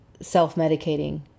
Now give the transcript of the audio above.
self-medicating